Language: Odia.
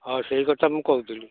ଆଉ ସେଇ କଥା ମୁଁ କହୁଥିଲି